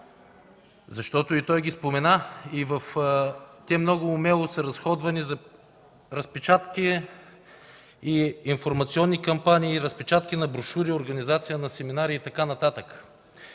Защото и той ги спомена. Те много умело се разходвани за разпечатки и информационни кампании – разпечатки на брошури, организация на семинари и така нататък.